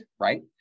right